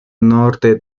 norte